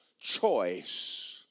choice